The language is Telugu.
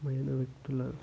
మైన వ్యక్తుల